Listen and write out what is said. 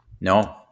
No